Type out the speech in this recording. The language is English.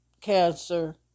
Cancer